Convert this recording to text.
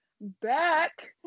back